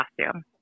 costume